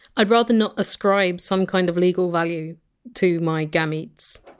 i'd rather not ascribe some kind of legal value to my gametes.